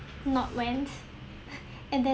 not went and then